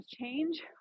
change